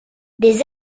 des